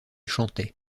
chantait